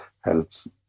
helps